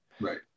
Right